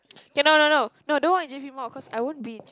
K no no no no don't want to give you more cause I won't be in